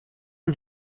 ihn